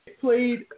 played